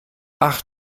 ach